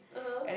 (uh huh)